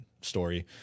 story